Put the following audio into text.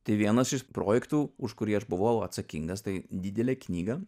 tai vienas iš projektų už kurį aš buvau atsakingas tai didelė knyga